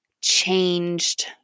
changed